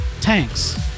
tanks